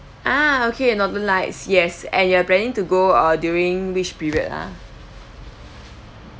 ah okay northern lights yes and you are planning to go uh during which period ah